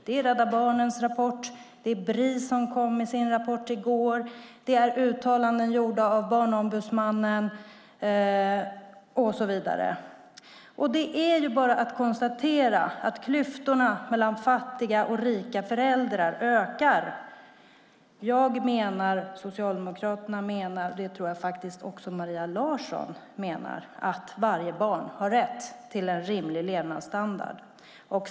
Det är Rädda Barnens rapport, Bris rapport, som kom i går, uttalanden gjorda av Barnombudsmannen och så vidare. Det är bara att konstatera att klyftorna mellan fattiga och rika föräldrar ökar. Jag och Socialdemokraterna menar, och det tror jag faktiskt att också Maria Larsson gör, att varje barn har rätt till en rimlig levnadsstandard.